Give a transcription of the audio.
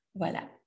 voilà